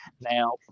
Now